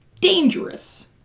dangerous